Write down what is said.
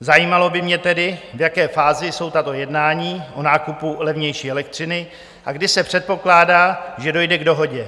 Zajímalo by mě tedy, v jaké fázi jsou tato jednání o nákupu levnější elektřiny a kdy se předpokládá, že dojde k dohodě?